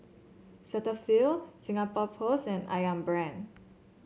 Cetaphil Singapore Post and ayam Brand